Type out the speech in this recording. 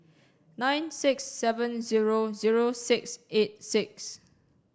nine six seven zero zero six eight six